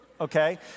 Okay